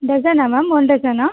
ಡಸನಾ ma'am one ಡಸನಾ